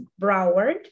Broward